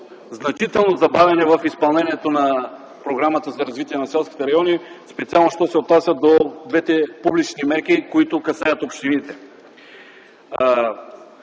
значително забавяне в изпълнението на Програмата за развитие на селските райони, и по-специално за двете публични мерки, касаещи общините.